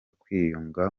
kwiyunga